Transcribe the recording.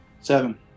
Seven